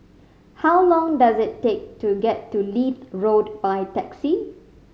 how long does it take to get to Leith Road by taxi